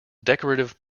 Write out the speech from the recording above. decorative